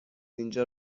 اینجا